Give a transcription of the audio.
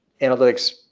Analytics